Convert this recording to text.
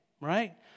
right